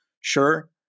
Sure